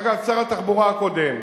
אגב, שר התחבורה הקודם,